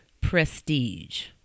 Prestige